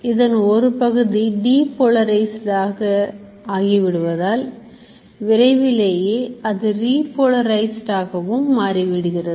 இதன் ஒரு பகுதி depolarized ஆக ஆகிவிடுவதால் விரைவிலேயே அது repolarized ஆகவும் மாறிவிடுகிறது